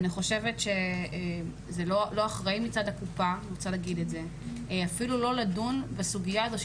אני חושבת שזה לא אחראי מצד הקופה אפילו לא לדון בסוגיה הזו,